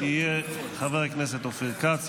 חבר הכנסת אופיר כץ,